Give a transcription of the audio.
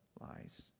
lies